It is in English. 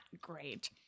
great